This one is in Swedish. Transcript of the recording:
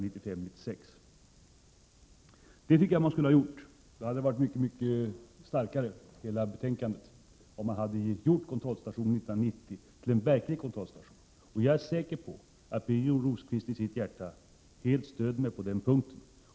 Det tycker jag att man skulle ha sagt. Hela betänkandet hade varit mycket starkare om man hade gjort kontrollstationen 1990 till en verklig kontrollstation. Jag är säker på att Birger Rosqvist i sitt hjärta helt stöder mig på den punkten.